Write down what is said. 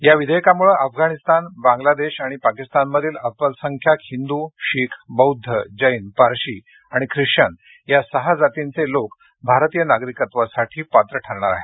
या विधेयकामूळं अफगाणीस्तान बांगलादेश आणि पाकिस्तानमधील अल्पसंख्याक हिंदू शीख बौद्ध जैन पारशी आणि ख्रिश्वन या सहा जातींचे लोकभारतीय नागरिकत्वासाठी पात्र ठरणार आहेत